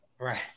Right